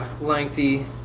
lengthy